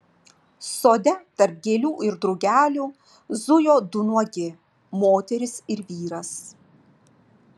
sode tarp gėlių ir drugelių zujo du nuogi moteris ir vyras